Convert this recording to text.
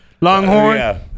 Longhorn